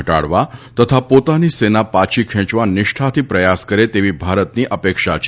ઘટાડવા તથા પોતાની સેના પાછી ખેંચવા નિષ્ઠાથી પ્રયાસ કરે તેવી ભારતની અપેક્ષા છે